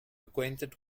acquainted